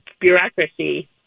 bureaucracy